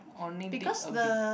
only dip a bit